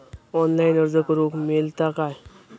Online अर्ज करूक मेलता काय?